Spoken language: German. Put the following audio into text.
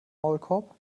maulkorb